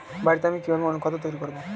বাড়িতে আমি কিভাবে অনুখাদ্য তৈরি করব?